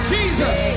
Jesus